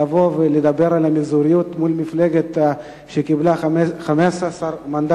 לבוא ולדבר על המגזריות מול מפלגה שקיבלה 15 מנדטים,